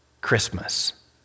Christmas